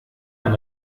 man